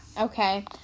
Okay